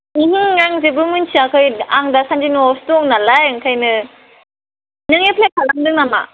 ओहो आं जेबो मिन्थियाखै आं दासान्दि न'आवसो दं नालाय ओंखायनो नों एप्लाय खालामदों नामा